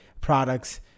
products